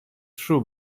shoe